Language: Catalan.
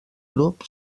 grup